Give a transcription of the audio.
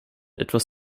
etwas